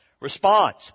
Response